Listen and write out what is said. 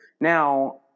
Now